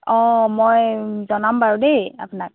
অঁ মই জনাম বাৰু দেই আপোনাক